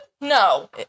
no